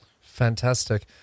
Fantastic